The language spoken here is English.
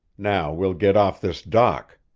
now we'll get off this dock.